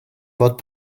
fod